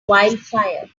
wildfire